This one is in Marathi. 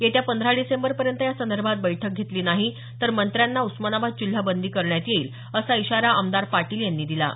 येत्या पंधरा डिसेंबर पर्यंत यासंदर्भात बैठक घेतली नाही तर मंत्र्यांना उस्मानाबाद जिल्हा बंदी करण्यात येईल असा इशारा आमदार पाटील यांनी दिला आहे